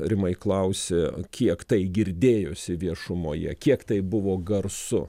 rimai klausi kiek tai girdėjosi viešumoje kiek tai buvo garsu